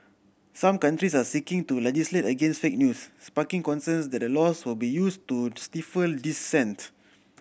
some countries are seeking to legislate against fake news sparking concerns that the laws will be used to stifle dissent